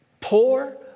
poor